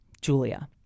Julia